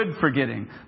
forgetting